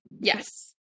Yes